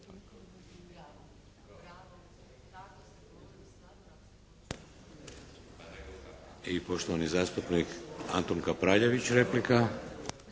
I poštovani zastupnik Antun Kapraljević replika.